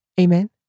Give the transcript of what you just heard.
Amen